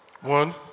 One